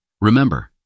remember